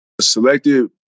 selected